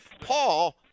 Paul